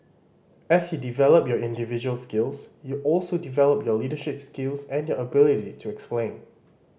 as you develop your individual skills you also develop your leadership skills and your ability to explain